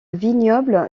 vignoble